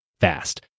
fast